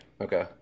Okay